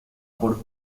por